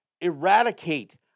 eradicate